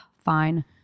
Fine